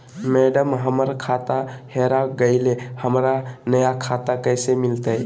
madam, हमर खाता हेरा गेलई, हमरा नया खाता कैसे मिलते